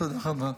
תודה רבה.